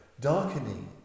Darkening